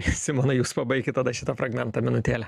simonai jūs pabaikit tada šitą fragmentą minutėlę